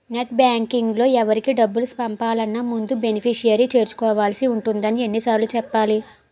net బాంకింగ్లో ఎవరికి డబ్బులు పంపాలన్నా ముందు బెనిఫిషరీని చేర్చుకోవాల్సి ఉంటుందని ఎన్ని సార్లు చెప్పాలి